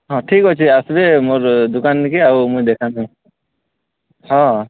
ହଁ ଠିକ୍ ଅଛେ ଆସ୍ବେ ମୋର୍ ଦୁକାନ୍ନିକେ ଆଉ ମୁଇଁ ଦେଖାମି ହଁ